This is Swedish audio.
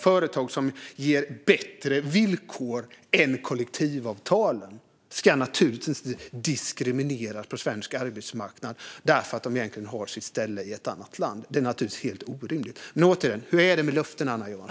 Företag som ger bättre villkor än kollektivavtalen ska naturligtvis inte diskrimineras på svensk arbetsmarknad därför att de har sitt säte i ett annat land; det är naturligtvis helt orimligt. Återigen: Hur är det med löftena, Anna Johansson?